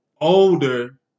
older